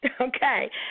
Okay